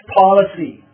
policy